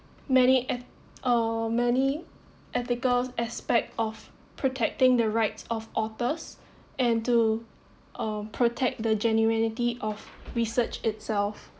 many et~ uh many ethical aspect of protecting the rights of authors and to uh protect the genuinity of research itself